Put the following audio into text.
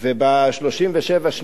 ב-37 שניות,